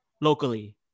locally